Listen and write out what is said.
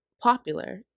popular